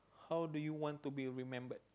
how do you want to be remembered